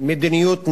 מדיניות ניאו-ליברלית,